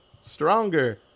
stronger